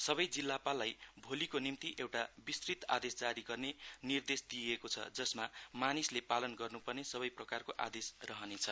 सबै जिल्लापाललाई भोलिको निम्ति एउटा विस्तृत आदेश जारी गर्ने निर्देश दिइएको छ जसमा मानिसले पालन गर्नुपर्ने सबै प्रकारको आदेश रहने छ